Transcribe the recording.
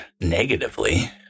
negatively